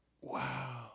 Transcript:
wow